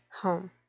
home